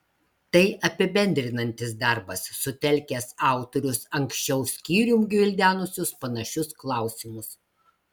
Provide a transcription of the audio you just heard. tai apibendrinantis darbas sutelkęs autorius anksčiau skyrium gvildenusius panašius klausimus